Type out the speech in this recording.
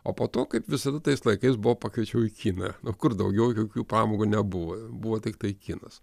o po to kaip visada tais laikais buvo pakviečiau į kiną o kur daugiau jokių pamokų nebuvo buvo tiktai kinas